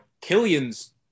Killian's